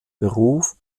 beruf